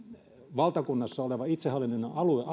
valtakunnassa oleva itsehallinnollinen alue